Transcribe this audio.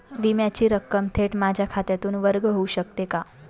विम्याची रक्कम थेट माझ्या खात्यातून वर्ग होऊ शकते का?